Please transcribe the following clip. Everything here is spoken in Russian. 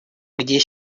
где